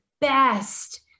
best